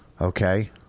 Okay